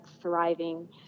thriving